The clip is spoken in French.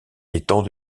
étant